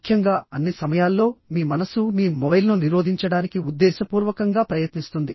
ముఖ్యంగా అన్ని సమయాల్లో మీ మనస్సు మీ మొబైల్ను నిరోధించడానికి ఉద్దేశపూర్వకంగా ప్రయత్నిస్తుంది